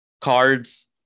cards